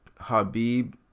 Habib